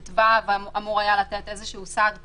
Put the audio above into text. סעיף 319טו אמור היה לתת איזשהו סעד קונקרטי,